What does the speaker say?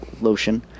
lotion